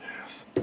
yes